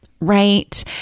right